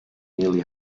nearly